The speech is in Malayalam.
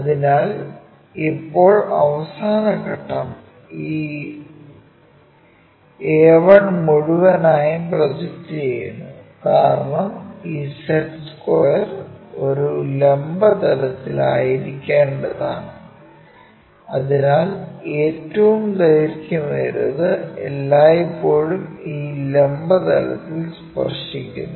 അതിനാൽ ഇപ്പോൾ അവസാന ഘട്ടം ഈ a1 മുഴുവനായും പ്രൊജക്റ്റുചെയ്യുന്നു കാരണം ഈ സെറ്റ് സ്ക്വയർ ഒരു ലംബ തലത്തിൽ ആയിരിക്കേണ്ടതാണ് അതിനാൽ ഏറ്റവും ദൈർഘ്യമേറിയത് എല്ലായ്പ്പോഴും ഈ ലംബ തലത്തിൽ സ്പർശിക്കുന്നു